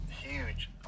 huge